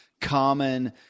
common